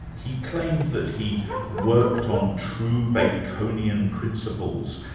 he claimed that he worked on true baconian principles,